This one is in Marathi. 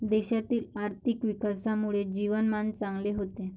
देशातील आर्थिक विकासामुळे जीवनमान चांगले होते